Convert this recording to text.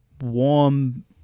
warm